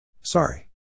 Sorry